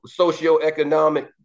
socioeconomic